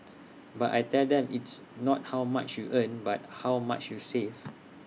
but I tell them it's not how much you earn but how much you save